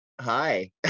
hi